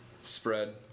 spread